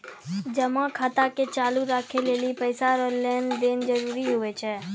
जमा खाता के चालू राखै लेली पैसा रो लेन देन जरूरी हुवै छै